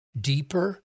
deeper